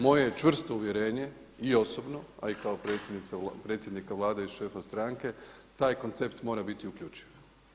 Moje je čvrsto uvjerenje i osobno, a i kao predsjednika Vlade i šefa stranke taj koncept mora biti uključiv.